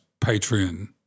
Patreon